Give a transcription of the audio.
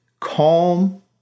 calm